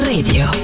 Radio